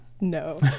No